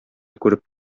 күреп